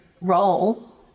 role